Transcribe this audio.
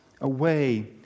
away